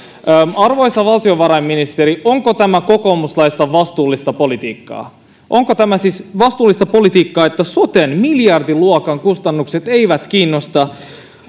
arvoisa valtiovarainministeri onko tämä kokoomuslaista vastuullista politiikkaa onko tämä siis vastuullista politiikkaa että soten miljardiluokan kustannukset eivät kiinnosta